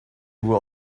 were